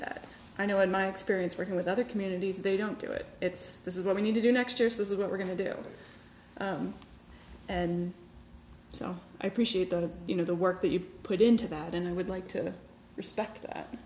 that i know in my experience working with other communities they don't do it it's this is what we need to do next year is this is what we're going to do and so i appreciate that you know the work that you put into that and i would like to respect that